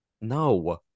no